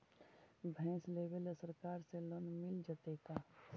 भैंस लेबे ल सरकार से लोन मिल जइतै का?